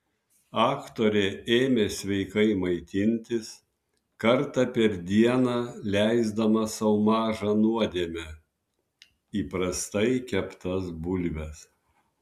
aktorė ėmė sveikai maitintis kartą per dieną leisdama sau mažą nuodėmę įprastai keptas bulves